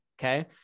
okay